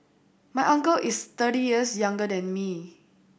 my uncle is thirty years younger than me